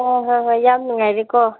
ꯍꯣꯏ ꯍꯣꯏ ꯍꯣꯏ ꯌꯥꯝ ꯅꯨꯡꯉꯥꯏꯔꯦꯀꯣ